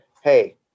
hey